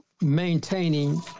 maintaining